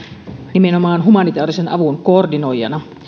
nimenomaan humanitäärisen avun koordinoijana